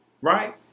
Right